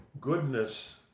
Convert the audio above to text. goodness